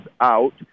out